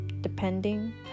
depending